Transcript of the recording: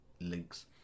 links